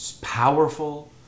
powerful